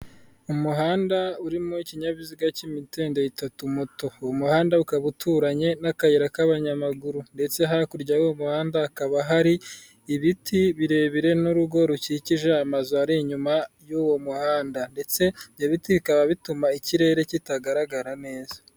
Umuhanda urimo ikinyabiziga cy'imitende itatu moto, uwo umuhanda ukaba uturanye n'akayira k'abanyamaguru ndetse hakurya y'uwo muhanda hakaba hari ibiti birebire n'urugo rukikije amazu ari inyuma y'uwo muhanda ndetse ibyo biti bikaba bituma ikirere kitagaragara neza.